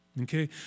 Okay